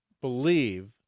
believe